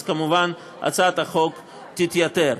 אז כמובן הצעת החוק תתייתר.